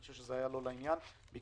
אני חושב שזה היה לא לעניין,